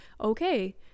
Okay